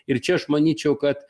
ir čia aš manyčiau kad